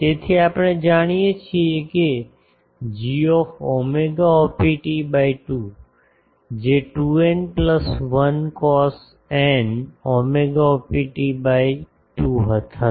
તેથી આપણે જાણીએ છીએ કે gψopt by 2 જે 2 n plus 1 cos n ψopt by 2 થશે